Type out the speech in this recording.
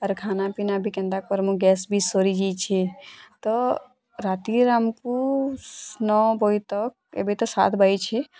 ଆର୍ ଖାନା ପିନା ବି କେନ୍ତା କର୍ମୁଁ ଗ୍ୟାସ୍ ବି ସରି ଯାଇଛେ ତ ରାତି ର ଆମକୁ ସ୍ନୋ ବଏତକ ଏବେ ତ ସାତ ବାଜିଛେ